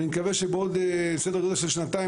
אני מקווה בעוד סדר גודל של שנתיים